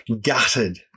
gutted